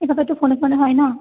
এই কথাটা ফোনে ফোনে হয় না